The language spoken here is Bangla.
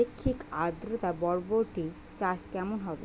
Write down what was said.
আপেক্ষিক আদ্রতা বরবটি চাষ কেমন হবে?